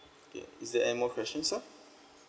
okay is there any more questions sir